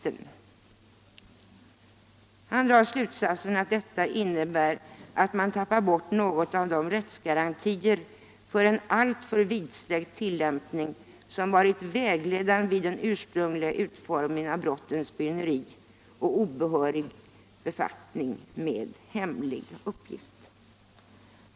Romanus drar slutsatsen att detta innebär att man tappar bort något av de rättsgarantier mot en alltför vidsträckt tillämpning som varit vägledande vid den ursprungliga utformningen av brotten spioneri och obehörig befattning med hemlig uppgift.